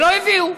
ולא הביאו.